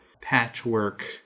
Patchwork